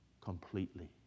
completely